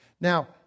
Now